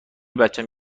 بچم